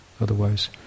otherwise